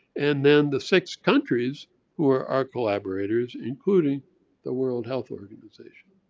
and then the six countries who are our collaborators, including the world health organization.